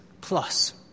plus